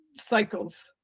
cycles